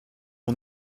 mon